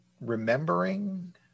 remembering